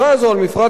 אדוני היושב-ראש,